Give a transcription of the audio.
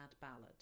ballad